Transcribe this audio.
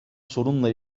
sorunla